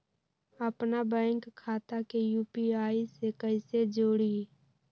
अपना बैंक खाता के यू.पी.आई से कईसे जोड़ी?